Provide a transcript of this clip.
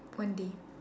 one day